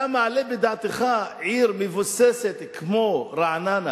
אתה מעלה על דעתך שעיר מבוססת כמו רעננה